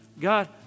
God